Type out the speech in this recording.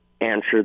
answer